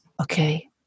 Okay